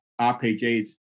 RPGs